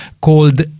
called